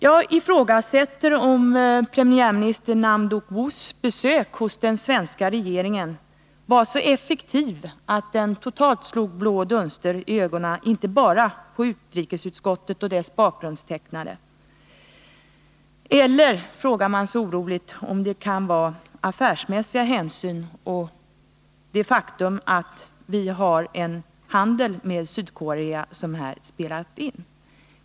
Jag undrar om premiärminister Nam Duck Woos besök hos den svenska regeringen var så effektivt att det slog blå dunster i ögonen på ledamöterna i utrikesutskottet och utskottets bakgrundstecknare. Eller, frågar man sig oroligt, kan det vara affärsmässiga hänsyn och det faktum att vi har handel med Sydkorea som här har spelat in?